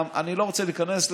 אני לא רוצה להיכנס לזה,